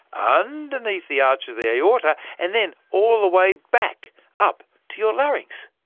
underneath the arch of the aorta, and then all the way back up to your larynx?